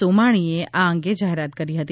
સોમાણીએ આ અંગે જાહેરાત કરી હતી